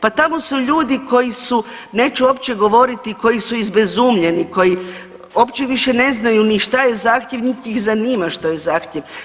Pa tamo su ljudi koji su, neću uopće govoriti, koji su izbezumljeni, koji uopće više ne znaju ni šta je zahtjev niti ih zanima što je zahtjev.